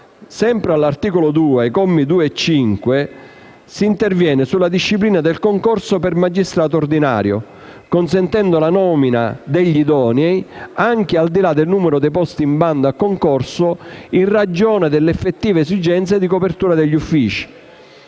Sempre all'articolo 2, commi 2 e 5, si interviene sulla disciplina del concorso per magistrato ordinario, consentendo la nomina degli idonei anche al di là del numero dei posti in bando al concorso in ragione delle effettive esigenze di copertura degli uffici